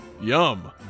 Yum